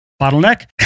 bottleneck